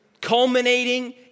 culminating